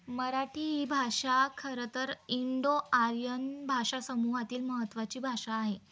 मराठी ही भाषा खरंंतर इंडो आर्यन भाषा समूहातील महत्त्वाची भाषा आहे